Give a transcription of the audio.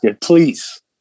Please